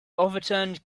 overturned